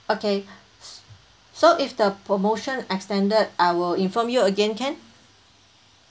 okay s~ so if the promotion extended i will inform you again can